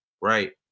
right